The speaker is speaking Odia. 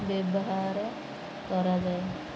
ବ୍ୟବହାର କରାଯାଏ